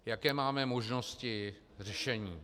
Jaké máme možnosti řešení?